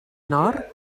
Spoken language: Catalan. nord